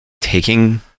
taking